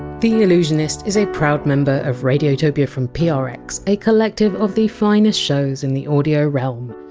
the allusionist is a proud member of radiotopia from prx, a collective of the finest shows in the audio realm.